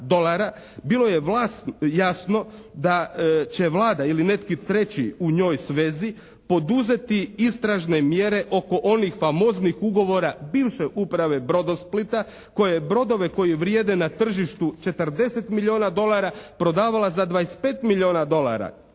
bilo je jasno da će Vlada ili neki treći u njoj s vezi poduzeti istražne mjere oko onih famoznih ugovora bivše uprave Brodosplita koja je brodove koji vrijede na tržištu 40 milijuna dolara prodavala za 25 milijuna dolara,